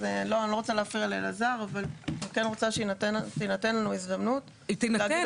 אני רוצה שתינתן לנו ההזדמנות לומר את הדברים הכלליים --- היא תינתן,